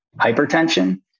hypertension